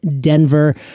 Denver